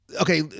Okay